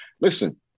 listen